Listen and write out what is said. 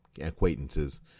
acquaintances